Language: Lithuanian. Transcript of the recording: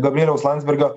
gabrieliaus landsbergio